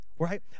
right